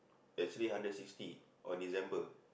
the three hundred sixty on December